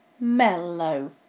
mellow